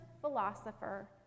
philosopher